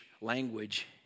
language